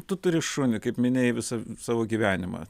tu turi šunį kaip minėjai visą savo gyvenimą